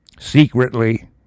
Secretly